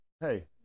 Hey